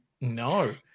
no